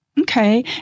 Okay